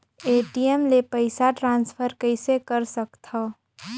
ATM ले पईसा transfer कइसे कर सकथव?